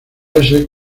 essex